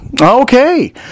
okay